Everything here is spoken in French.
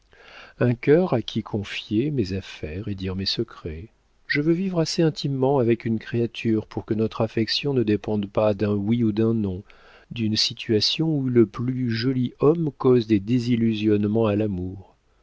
un cœur à qui confier mes affaires et dire mes secrets je veux vivre assez intimement avec une créature pour que notre affection ne dépende pas d'un oui ou d'un non d'une situation où le plus joli homme cause des désillusionnements à l'amour